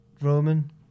Roman